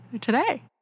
today